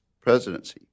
presidency